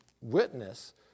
witness